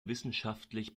wissenschaftlich